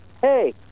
hey